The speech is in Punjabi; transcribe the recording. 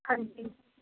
ਹਾਂਜੀ